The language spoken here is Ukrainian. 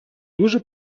дуже